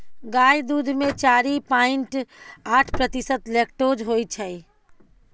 गाय दुध मे चारि पांइट आठ प्रतिशत लेक्टोज होइ छै